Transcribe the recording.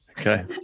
Okay